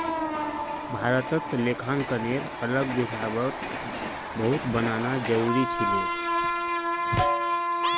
भारतत लेखांकनेर अलग विभाग बहुत बनाना जरूरी छिले